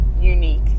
unique